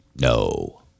No